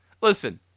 Listen